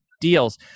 deals